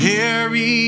Harry